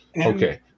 Okay